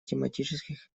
тематических